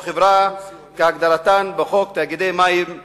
חברה כהגדרתן בחוק תאגידי מים וביוב".